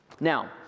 Now